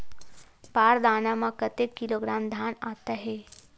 बार दाना में कतेक किलोग्राम धान आता हे?